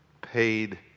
paid